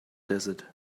desert